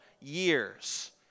years